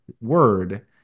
word